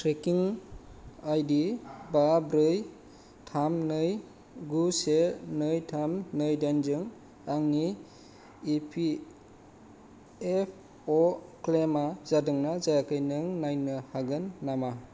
trekking ID बा ब्रै थाम नै गु से नै थाम नै दाइन जों आंनि इ पि एफ अ क्लेइमा जादोंना जायाखै नों नायनो हागोन नामा